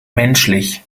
menschlich